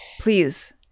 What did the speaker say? Please